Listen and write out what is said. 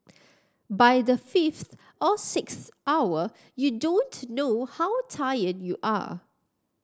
by the fifth or sixth hour you don't know how tired you are